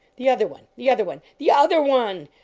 the other one the other one the other one!